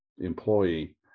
employee